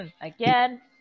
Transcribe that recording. Again